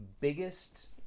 biggest